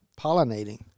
pollinating